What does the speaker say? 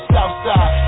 Southside